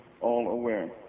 all-aware